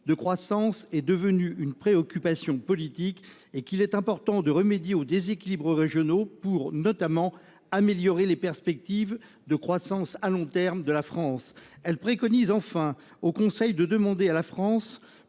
de croissance, est devenue une préoccupation publique » et qu'il importe de « remédier aux déséquilibres régionaux pour, notamment, améliorer les perspectives de croissance à long terme de la France ». Enfin, la Commission préconise au Conseil de demander à la France-